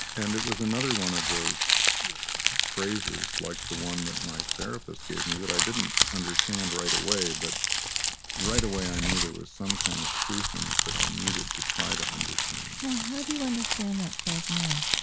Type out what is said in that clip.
and it was another one of those phrases, like the one that my therapist gave me, that i didn't understand right away but right away, i knew there was some kind of truth in it that i needed to try to understand well, how do you understand that phrase now?